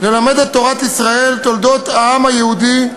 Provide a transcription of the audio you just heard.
"ללמד את תורת ישראל, תולדות העם היהודי,